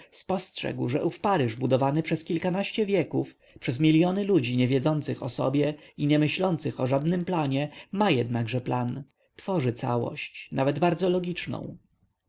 spostrzegł że ów paryż budowany przez kilkanaście wieków przez miliony ludzi niewiedzących o sobie i niemyślących o żadnym planie ma jednakże plan tworzy całość nawet bardzo logiczną